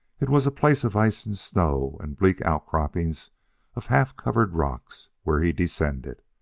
it was a place of ice and snow and bleak outcropping of half-covered rocks where he descended.